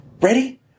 Ready